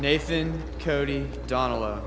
nathan cody donald